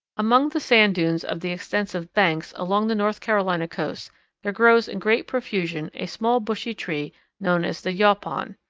among the sand dunes of the extensive banks along the north carolina coast there grows in great profusion a small bushy tree known as the yaupon.